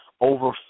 Over